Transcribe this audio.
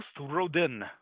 Rodin